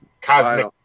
cosmic